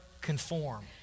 conform